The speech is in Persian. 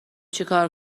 چیکار